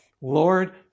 Lord